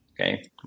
okay